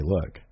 Look